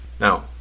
Now